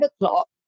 o'clock